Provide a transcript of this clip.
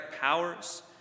powers